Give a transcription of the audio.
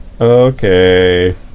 Okay